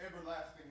everlasting